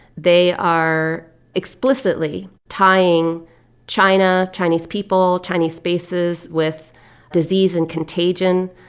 they are explicitly tying china, chinese people, chinese spaces with disease and contagion.